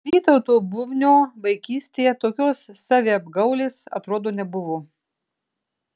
vytauto bubnio vaikystėje tokios saviapgaulės atrodo nebuvo